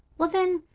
well, then,